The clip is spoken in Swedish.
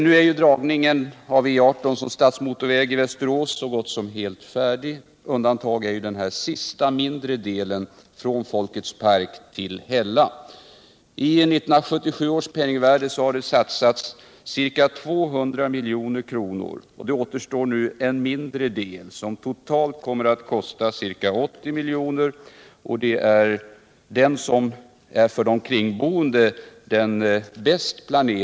Nu är ju dragningen av E 18 som stadsmotorväg i Västerås så gott som helt färdig med undantag för den sista, mindre delen från Folkets park till Hälla. I 1977 års penningvärde har det satsats ca 200 milj.kr. Det återstår nu en mindre del som totalt kommer att kosta ca 80 milj.kr., och det är den som för de kringboende är den bästa biten.